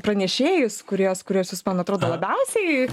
pranešėjus kuriuos kuriuos jūs man atrodo labiausiai